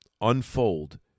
unfold